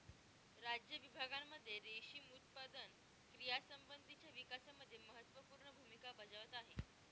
राज्य विभागांमध्ये रेशीम उत्पादन क्रियांसंबंधीच्या विकासामध्ये महत्त्वपूर्ण भूमिका बजावत आहे